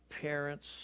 parents